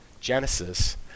Genesis